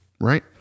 right